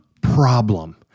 problem